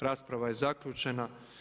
Rasprava je zaključena.